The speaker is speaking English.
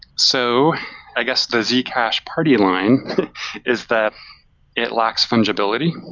so i guess the zcash party line is that it lacks fungibility,